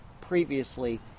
previously